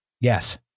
Yes